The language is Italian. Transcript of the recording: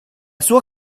sua